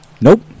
Nope